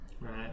Right